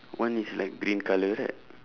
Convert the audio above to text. one is like green colour right